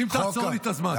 אם תעצור לי את הזמן.